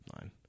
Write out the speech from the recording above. line